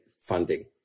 funding